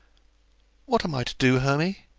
what am i to do, hermy?